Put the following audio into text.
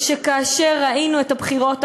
כאשר ראינו את הבחירות האחרונות: